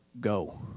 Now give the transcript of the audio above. go